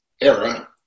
era